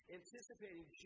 anticipating